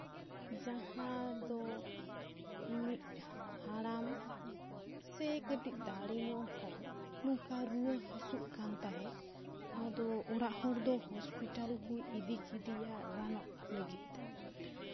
ᱡᱟᱦᱟᱸ ᱫᱚ ᱢᱤᱫ ᱦᱟᱲᱟᱢ ᱥᱮ ᱠᱟᱹᱴᱤᱡ ᱫᱟᱲᱮ ᱧᱚᱜ ᱦᱚᱲ ᱱᱚᱝᱠᱟ ᱨᱩᱣᱟᱹ ᱦᱟᱹᱥᱩᱜ ᱠᱟᱱ ᱛᱟᱦᱮᱸᱜ ᱟᱫᱚ ᱚᱲᱟᱜ ᱦᱚᱲ ᱫᱚ ᱦᱚᱥᱯᱤᱴᱟᱞ ᱠᱚ ᱤᱫᱤ ᱠᱮᱫᱮᱭᱟ ᱨᱟᱱᱚᱜ ᱞᱟᱹᱜᱤᱫ ᱛᱮ